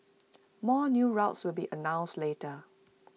more new routes will be announced later